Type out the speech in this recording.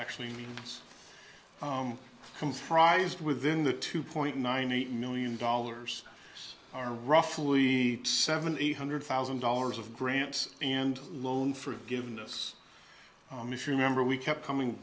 actually means comes fries with then the two point nine eight million dollars are roughly seven eight hundred thousand dollars of grants and loan forgiveness if you remember we kept coming